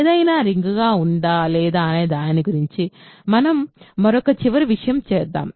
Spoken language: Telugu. ఏదైనా రింగ్ గా ఉందా లేదా అనే దాని గురించి మనం మరొక చివరి విషయం చేద్దాం